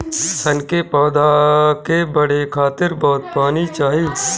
सन के पौधा के बढ़े खातिर बहुत पानी चाही